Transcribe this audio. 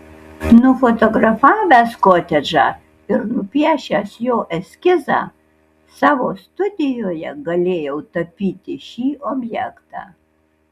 nufotografavęs kotedžą ir nupiešęs jo eskizą savo studijoje galėjau tapyti šį objektą